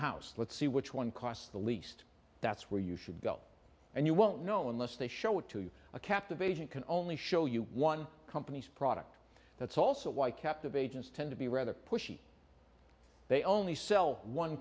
house let's see which one costs the least that's where you should go and you won't know unless they show it to you a captive agent can only show you one company's product that's also why captive agents tend to be rather pushy they only sell one